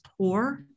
poor